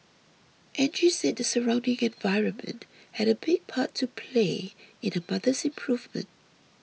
Angie said the surrounding environment had a big part to play in her mother's improvement